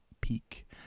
peak